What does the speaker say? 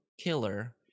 killer